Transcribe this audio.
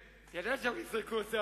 אבל תתפנה מחר, כדי שלא תאחר הפעם.